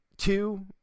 Two